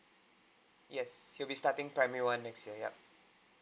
yes he'll be starting primary one next year yup